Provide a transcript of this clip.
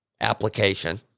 application